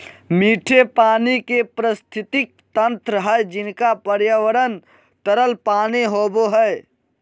मीठे पानी के पारिस्थितिकी तंत्र हइ जिनका पर्यावरण तरल पानी होबो हइ